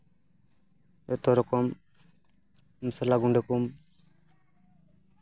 ᱡᱚᱛᱚ ᱨᱚᱠᱚᱢ ᱢᱚᱥᱞᱟ ᱜᱩᱰᱟᱹ ᱠᱚᱢ